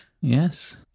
Yes